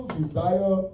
desire